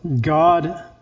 God